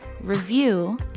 review